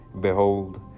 behold